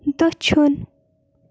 دٔچھُن